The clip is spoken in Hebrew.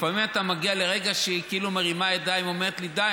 לפעמים אתה מגיע לרגע שהיא כאילו מרימה ידיים ואומרת לי: די,